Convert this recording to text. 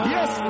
Yes